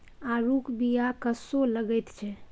आड़ूक बीया कस्सो लगैत छै